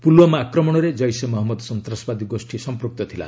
ପୁଲୱାମା ଆକ୍ରମଣରେ ଜେିସେ ମହମ୍ମଦ୍ ସନ୍ତାସବାଦୀ ଗୋଷ୍ଠୀ ସମ୍ପୃକ୍ତ ଥିଲା